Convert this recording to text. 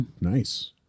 Nice